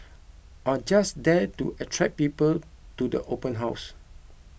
are just there to attract people to the open house